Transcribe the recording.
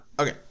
Okay